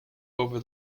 over